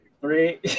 three